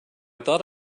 thought